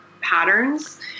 patterns